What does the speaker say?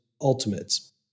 ultimates